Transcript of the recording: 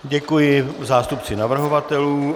Děkuji zástupci navrhovatelů.